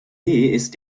ist